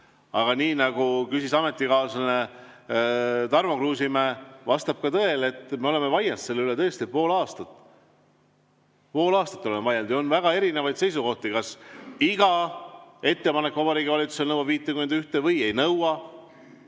Aga nii nagu küsis ametikaaslane Tarmo Kruusimäe, vastab tõele, et me oleme vaielnud selle üle tõesti pool aastat. Pool aastat oleme vaielnud ja on väga erinevaid seisukohti, kas iga ettepanek Vabariigi Valitsusele nõuab 51 poolthäält või ei nõua.